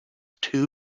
two